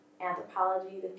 anthropology